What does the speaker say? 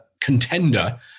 contender